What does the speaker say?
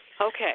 Okay